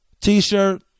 T-shirt